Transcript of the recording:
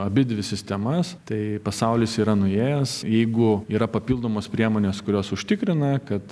abidvi sistemas tai pasaulis yra nuėjęs jeigu yra papildomos priemonės kurios užtikrina kad